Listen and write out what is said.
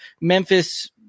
Memphis